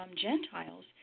Gentiles